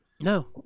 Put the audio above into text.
No